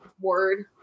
word